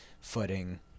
footing